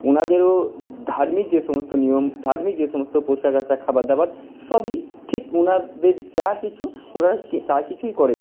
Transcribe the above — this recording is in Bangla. ওনাদেরও ধার্মিক যে সমস্ত নিয়ম ধার্মিক যে সমস্ত পোশাক আশাক খাবার দাবার সবই ঠিক ওনাদের যা কিছু ওরা কি তা কিছুই করেন